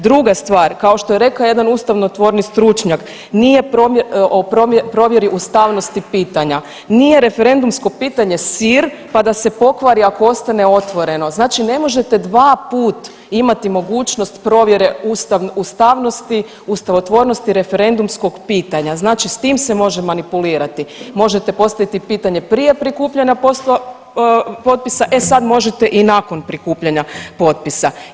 Druga stvar, kao što je rekao jedan ustavotvorni stručnjak, nije o provjeri ustavnosti pitanja, nije referendumsko pitanje sir, pa da se pokvari ako ostane otvoreno, znači ne možete dvaput imati mogućnost provjere ustavnosti, ustavotvornosti referendumskog pitanja, znači s tim se može manipulirati, možete postaviti pitanje prije prikupljanja potpisa, e sad možete i nakon prikupljanja potpisa.